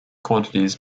quantities